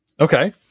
Okay